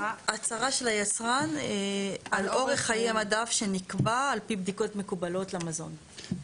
הצהרה של היצרן על אורך חיי מדף שנקבע על פי בדיקות מקובלות למזון.